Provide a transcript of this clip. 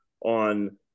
on